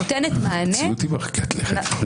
היא נותנת מענה --- המציאות היא מרחיקת לכת.